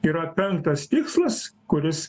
yra penktas tikslas kuris